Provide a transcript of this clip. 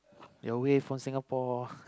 you're away from Singapore